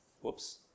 whoops